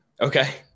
okay